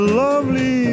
lovely